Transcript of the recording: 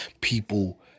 people